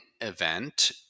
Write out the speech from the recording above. event